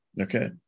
okay